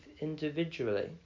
individually